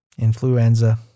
Influenza